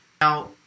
Now